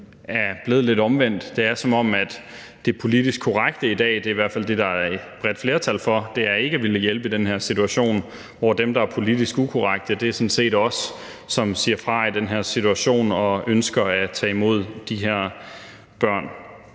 er blevet lidt omvendt. Det er, som om det politisk korrekte i dag – det er i hvert fald det, der er et bredt flertal for – er ikke at ville hjælpe i den her situation, hvor dem, der er politisk ukorrekte, sådan set er os, der siger fra i den her situation og ønsker at tage imod de her børn.